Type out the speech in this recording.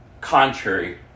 contrary